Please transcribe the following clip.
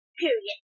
period